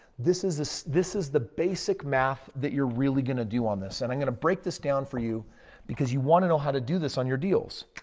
this is. this. this is the basic math that you're really going to do on this and i'm going to break this down for you because you want to know how to do this on your deals.